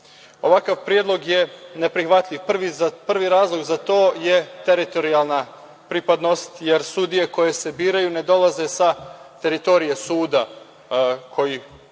Raška. Ovakav predlog je neprihvatljiv. Prvi razlog za to je teritorijalna pripadnost, jer sudije koje se biraju ne dolaze sa teritorije suda koji